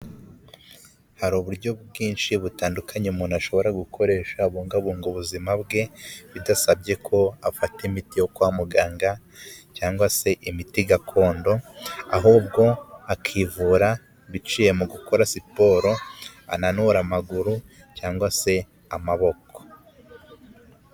Hari uburyo bwinshi butandukanye umuntu ashobora gukoresha abungabunga ubuzima bwe bidasabye ko afata imiti yo kwa muganga cyangwa se imiti gakondo ahubwo akivura biciye mu gukora siporo ananura amaguru cyangwa se amaboko.